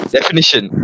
Definition